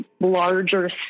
larger